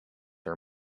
are